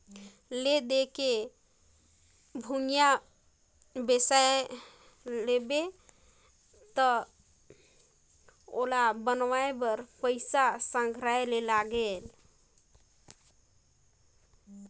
ले दे के भूंइया बिसा लेबे त ओला बनवाए बर पइसा संघराये ले लागथे